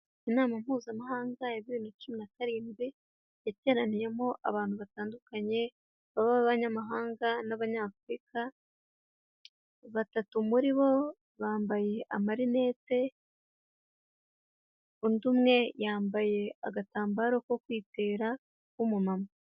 Inama mpuzamahanga ya bibiri na cumi na karindwi yateraniyemo abantu batandukanye, babe abanyamahanga n'abanyafurika, batatu muri bo bambaye amarinete, undi umwe yambaye agatambaro ko kwitera w'umumama.